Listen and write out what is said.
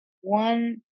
one